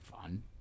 fun